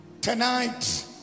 Tonight